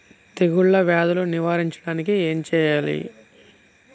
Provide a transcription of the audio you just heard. తెగుళ్ళ వ్యాధులు నివారించడానికి ఏం చేయాలి?